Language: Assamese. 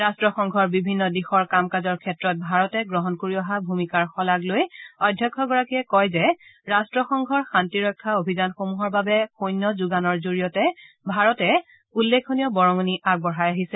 ৰাট্টসংঘৰ বিভিন্ন দিশৰ কাম কাজৰ ক্ষেত্ৰত ভাৰতে গ্ৰহণ কৰি অহা ভূমিকাৰ শলাগ লৈ অধ্যক্ষগৰাকীয়ে কয় যে ৰাট্টসংঘৰ শান্তিৰক্ষা অভিযানসমূহৰ বাবে সৈন্য যোগানৰ জৰিয়তে ভাৰতে উল্লেখনীয় বৰঙণি আগবঢ়াই আহিছে